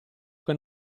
che